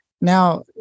Now